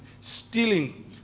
Stealing